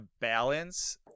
balance